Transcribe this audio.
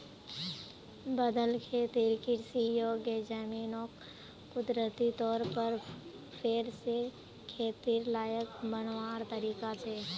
बदल खेतिर कृषि योग्य ज़मीनोक कुदरती तौर पर फेर से खेतिर लायक बनवार तरीका छे